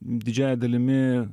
didžiąja dalimi